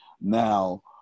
Now